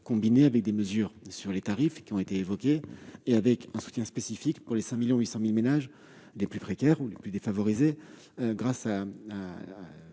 combinée avec des mesures sur les tarifs, qui ont été évoquées, et avec un soutien spécifique des 5,8 millions de ménages les plus précaires ou les plus défavorisés, grâce à